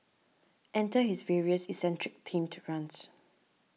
enter his various eccentric themed runs